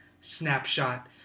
snapshot